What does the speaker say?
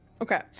okay